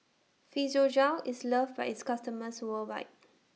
Physiogel IS loved By its customers worldwide